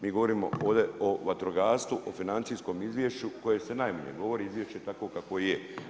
Mi govorimo ovdje o vatrogastvu, o financijskom izvješću o kojem se najmanje govori, izvješće je takvo kakvo je.